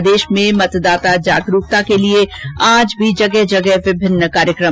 प्रदेश में मतदाता जागरूकता के लिए आज भी जगह जगह विभिन्न कार्यक्रम